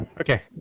Okay